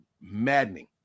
maddening